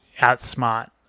outsmart